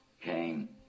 came